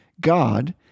God